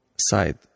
side